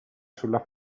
sulla